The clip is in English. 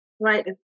right